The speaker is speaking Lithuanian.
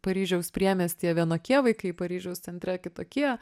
paryžiaus priemiestyje vienokie vaikai paryžiaus centre kitokie